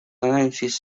announces